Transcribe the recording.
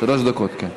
שלוש דקות, כן.